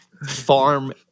farm